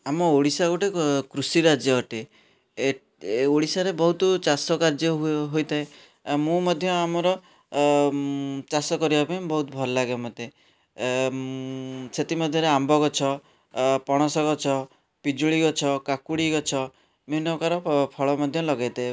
ଆମ ଓଡ଼ିଶା ଗୋଟେ କୃଷି ରାଜ୍ୟ ଅଟେ ଏ ଏ ଓଡ଼ିଶାରେ ବହୁତ ଚାଷକାର୍ଯ୍ୟ ହୋଇଥାଏ ମୁଁ ମଧ୍ୟ ଆମର ଚାଷ କରିବା ପାଇଁ ବହୁତ ଭଲଲାଗେ ମୋତେ ଏ ସେଥିମଧ୍ୟରେ ଆମ୍ବଗଛ ଅ ପଣସଗଛ ପିଜୁଳି ଗଛ କାକୁଡ଼ି ଗଛ ବିଭିନ୍ନ ପ୍ରକାର ଫଳ ମଧ୍ୟ ଲଗେଇଥାଏ